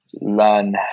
learn